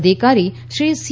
અધિકારી શ્રી સી